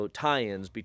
tie-ins